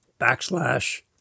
backslash